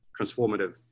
transformative